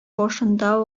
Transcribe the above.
башында